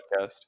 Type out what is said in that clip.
podcast